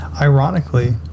Ironically